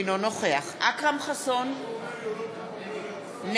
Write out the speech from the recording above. אינו נוכח אכרם חסון, נגד